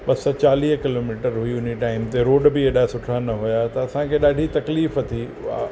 ॿ सौ चालीह किलोमीटर हुई हुन टाइम ते रोड बि हेॾा सुठा न हुआ त असांखे ॾाढी तकलीफ़ थी उहा